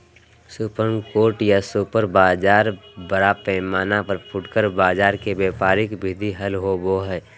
supermarket या super बाजार बड़ पैमाना पर फुटकर बाजार के व्यापारिक विधि हल होबा हई